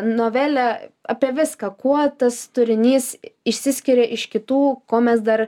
novelę apie viską kuo tas turinys išsiskiria iš kitų ko mes dar